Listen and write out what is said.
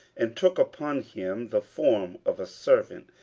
and took upon him the form of a servant,